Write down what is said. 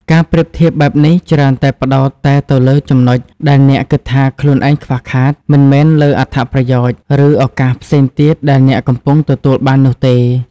ការប្រៀបធៀបបែបនេះច្រើនតែផ្តោតតែទៅលើចំណុចដែលអ្នកគិតថាខ្លួនឯងខ្វះខាត មិនមែនលើអត្ថប្រយោជន៍ ឬឱកាសផ្សេងទៀតដែលអ្នកកំពុងទទួលបាននោះទេ។